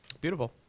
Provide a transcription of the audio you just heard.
Beautiful